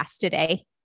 today